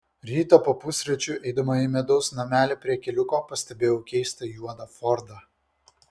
rytą po pusryčių eidama į medaus namelį prie keliuko pastebėjau keistą juodą fordą